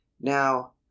now